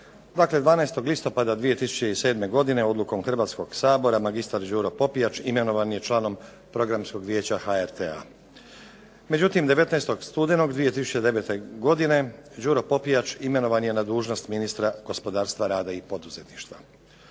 12. listopada 2007. godine odlukom Hrvatskoga sabora magistar Đuro Popijač imenovan je članom Programskog vijeća HRT-a. Međutim, 19. studenog 2009. godine Đuro Popijač imenovan je na dužnost ministra gospodarstva, rada i poduzetništva.